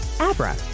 Abra